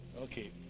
Okay